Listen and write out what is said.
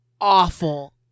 awful